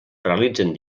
realitzen